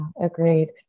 Agreed